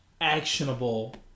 actionable